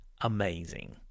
Amazing